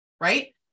right